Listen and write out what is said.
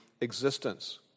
existence